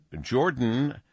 Jordan